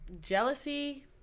jealousy